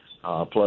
plus